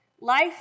Life